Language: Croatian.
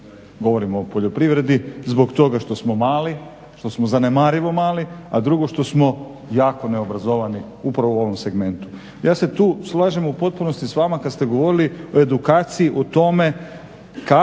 govorim o poljoprivredi zbog toga što smo mali, što smo zanemarivo mali a drugo što smo jako neobrazovani upravo u ovom segmentu. Ja se tu slažem u potpunosti s vama kada ste govorili o edukaciji o tome kako